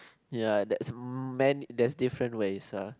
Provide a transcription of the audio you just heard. ya that mm many that's different way uh